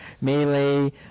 melee